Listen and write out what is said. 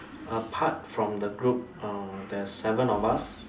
apart from the group uh there's seven of us